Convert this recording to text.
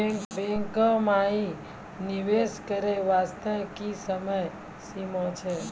बैंको माई निवेश करे बास्ते की समय सीमा छै?